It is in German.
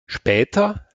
später